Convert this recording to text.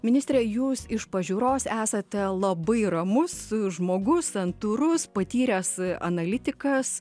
ministre jūs iš pažiūros esate labai ramus žmogus santūrus patyręs analitikas